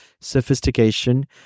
sophistication